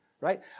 Right